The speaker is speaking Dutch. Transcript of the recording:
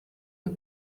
het